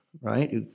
right